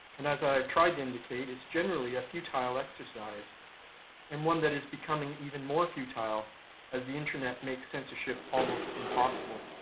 and as i have tried to indicate it's generally a futile exercise and one that is becoming even more futile as the internet makes censorship almost impossible.